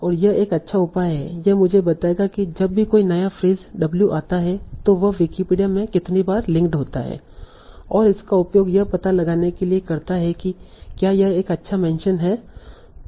और यह एक अच्छा उपाय है यह मुझे बताएगा कि जब भी कोई नया फ्रेस w आता है तो वह विकिपीडिया में कितनी बार लिंक्ड होता है और इसका उपयोग यह पता लगाने के लिए करता है कि क्या यह एक अच्छा मेंशन है